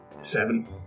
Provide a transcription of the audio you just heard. Seven